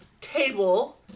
table